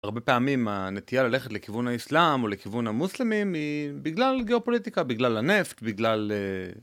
הרבה פעמים הנטייה ללכת לכיוון האסלאם או לכיוון המוסלמים היא בגלל גיאופוליטיקה, בגלל הנפט, בגלל...